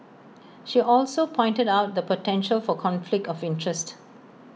she also pointed out the potential for conflict of interest